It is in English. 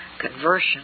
Conversion